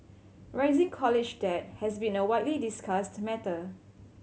rising college debt has been a widely discussed matter